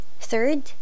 Third